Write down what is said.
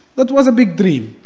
that was a big dream.